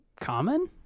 common